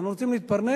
אנחנו רוצים להתפרנס.